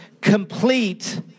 complete